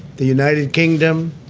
the united kingdom,